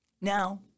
now